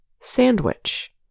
sandwich